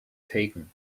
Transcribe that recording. taken